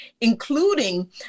including